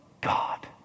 God